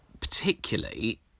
Particularly